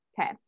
Okay